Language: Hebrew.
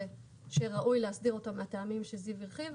שראוי לאסדר אותו מהטעמים שזיו הרחיב,